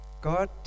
God